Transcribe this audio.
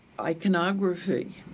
iconography